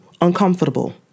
uncomfortable